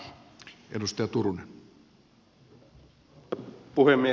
arvoisa puhemies